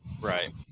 Right